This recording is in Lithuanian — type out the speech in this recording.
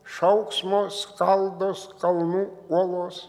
šauksmo skaldos kalnų uolos